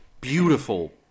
beautiful